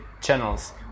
channels